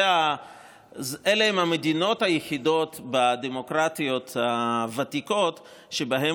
אלה הן המדינות היחידות בדמוקרטיות הוותיקות שבהן